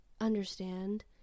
understand